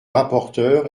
rapporteur